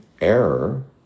error